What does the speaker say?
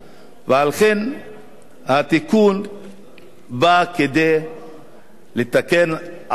ועל כן התיקון בא לתקן עוולה.